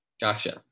Gotcha